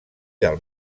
del